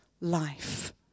life